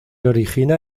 origina